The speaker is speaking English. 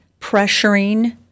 pressuring